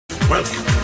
Welcome